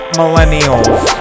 millennials